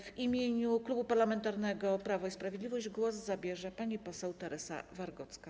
W imieniu Klubu Parlamentarnego Prawo i Sprawiedliwość głos zabierze pani poseł Teresa Wargocka.